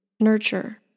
Nurture